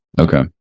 Okay